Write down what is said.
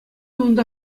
унта